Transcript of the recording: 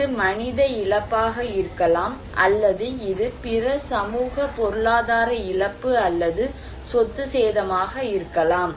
இது மனித இழப்பாக இருக்கலாம் அல்லது இது பிற சமூக பொருளாதார இழப்பு அல்லது சொத்து சேதமாக இருக்கலாம்